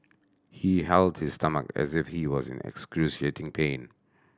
he held his stomach as if he was in excruciating pain